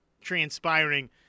transpiring